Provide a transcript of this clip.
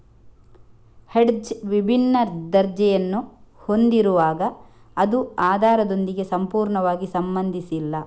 hedge ವಿಭಿನ್ನ ದರ್ಜೆಯನ್ನು ಹೊಂದಿರುವಾಗ ಅದು ಆಧಾರದೊಂದಿಗೆ ಸಂಪೂರ್ಣವಾಗಿ ಸಂಬಂಧಿಸಿಲ್ಲ